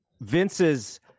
Vince's